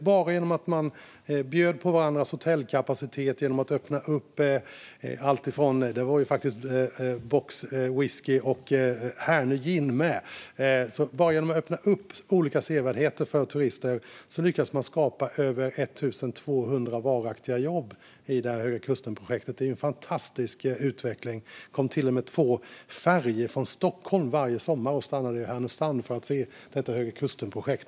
Bara genom att bjuda på varandras hotellkapacitet och öppna upp olika sevärdheter för turister - alltifrån Box Destilleri och Hernö Gin - lyckades man skapa över 1 200 varaktiga jobb genom Höga kusten-projektet. Det är en fantastisk utveckling. Varje sommar kom till och med två färjor från Stockholm och stannade i Härnösand för att besöka Höga kusten-projektet.